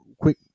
quick